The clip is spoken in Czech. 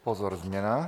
Pozor, změna.